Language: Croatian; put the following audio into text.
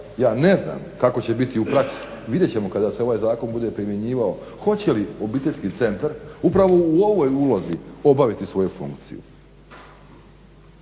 ja ne znam kako će biti u praksi, vidjet ćemo kada se ovaj zakon bude primjenjivao hoće li obiteljski centar upravo u ovoj ulozi obaviti svoju funkciju.